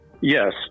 Yes